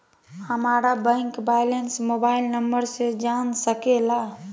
हमारा bank balance mobile number से जान सके ला?